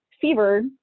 fever